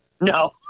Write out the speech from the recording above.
No